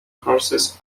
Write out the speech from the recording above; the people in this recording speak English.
courses